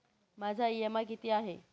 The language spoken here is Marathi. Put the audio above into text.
माझा इ.एम.आय किती आहे?